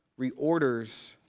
reorders